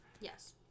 Yes